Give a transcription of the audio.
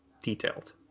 detailed